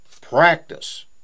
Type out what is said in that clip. practice